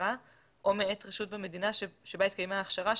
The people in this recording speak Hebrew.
ההכשרה או מאת רשות במדינה שבה התקיימה ההכשרה,